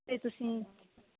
ਅਤੇ ਤੁਸੀਂ